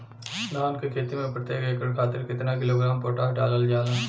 धान क खेती में प्रत्येक एकड़ खातिर कितना किलोग्राम पोटाश डालल जाला?